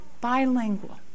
bilingual